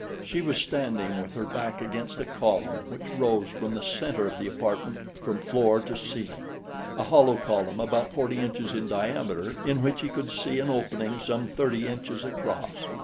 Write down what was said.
she was standing with her back against a column which rose from the center of the apartment from floor to ceiling a hollow column about forty inches in diameter in which he could see an opening some thirty inches across.